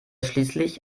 schließlich